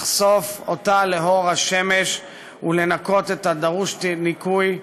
לחשוף אותה לאור השמש ולנקות את הדרוש ניקוי,